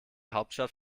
hauptstadt